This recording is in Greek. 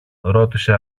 ρώτησε